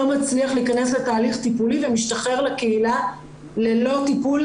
מצליח להיכנס לתהליך טיפולי ומשתחרר לקהילה ללא טיפול.